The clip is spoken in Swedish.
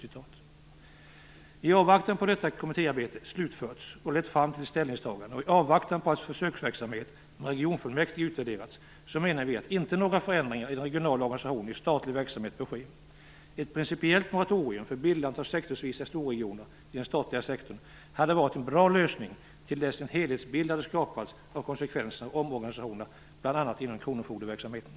I avvaktan på att detta kommittéarbete slutförts och lett fram till ett ställningstagande och i avvaktan på att försöksverksamheten med regionfullmäktige utvärderats, menar vi att inga förändringar i den regionala organisationen i statlig verksamhet bör ske. Ett principiellt moratorium för bildandet av sektorsvisa storregioner i den statliga sektorn hade varit en bra lösning till dess en helhetsbild hade skapats av konsekvenserna av omorganisationerna, bl.a. inom kronofogdeverksamheten.